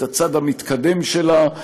את הצד המתקדם שלה,